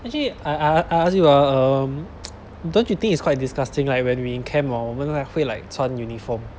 actually I I I ask you ah um don't you think it's quite disgusting like when we in camp orh 我们 like 会 like 穿 uniform